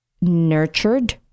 nurtured